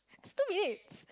it's two minutes